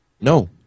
No